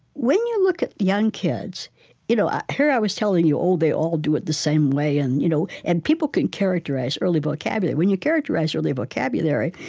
when you look at young kids you know here i was telling you, oh, they all do it the same way, and you know and people can characterize early vocabulary. when you characterize early vocabulary,